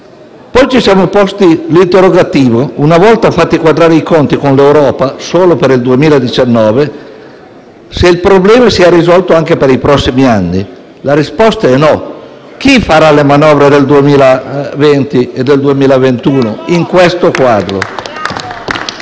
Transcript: Poi ci siamo posti l'interrogativo se una volta fatti quadrare i conti con l'Europa solo per il 2019 il problema sia risolto anche per i prossimi anni. La risposta è no. Chi farà la manovra del 2020 e del 2021 in questo quadro?